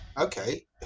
Okay